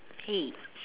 hey